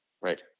right